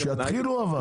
אבל שיתחילו.